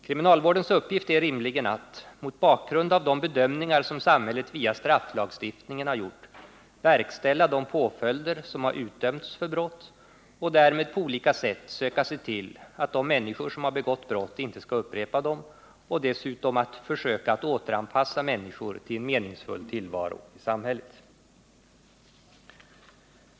Kriminalvårdens uppgift är rimligen att — mot bakgrund av de bedömningar som samhället via strafflagstiftningen har gjort — verkställa de påföljder som har utdömts för brott och därmed på olika sätt söka se till att de människor som har begått brott inte skall upprepa dem och dessutom att försöka återanpassa människor till en meningsfull tillvaro i samhället.